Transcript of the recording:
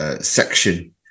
section